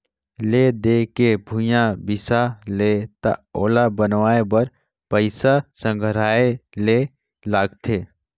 ले दे के भूंइया बिसा लेबे त ओला बनवाए बर पइसा संघराये ले लागथे